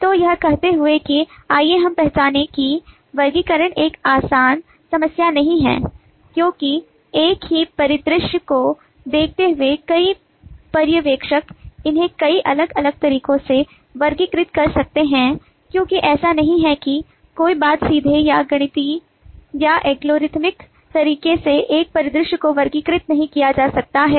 तो यह कहते हुए कि आइए हम पहचानें कि वर्गीकरण एक आसान समस्या नहीं है क्योंकि एक ही परिदृश्य को देखते हुए कई पर्यवेक्षक उन्हें कई अलग अलग तरीकों से वर्गीकृत कर सकते हैं क्योंकि ऐसा नहीं है की कोई बहुत सीधे या गणितीय या एल्गोरिथमिक तरीके से एक परिदृश्य को वर्गीकृत नहीं किया जा सकता है